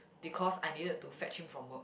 because I needed to fetch him from work